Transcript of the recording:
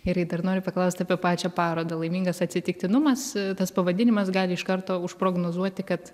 gerai dar noriu paklaust apie pačią parodą laimingas atsitiktinumas tas pavadinimas gali iš karto užprognozuoti kad